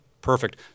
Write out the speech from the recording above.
Perfect